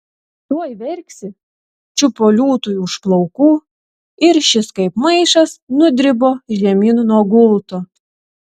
tuoj verksi čiupo liūtui už plaukų ir šis kaip maišas nudribo žemyn nuo gulto